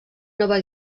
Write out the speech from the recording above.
nova